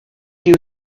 you